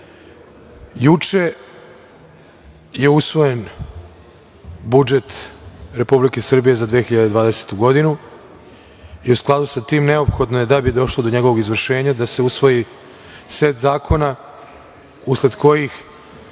je usvojen budžet Republike Srbije za 2022. godinu i u skladu sa tim, neophodno je da došlo do njegovog izvršenja da se usvoji set zakona, usled kojih,